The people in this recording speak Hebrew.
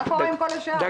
מה קורה עם כל השאר?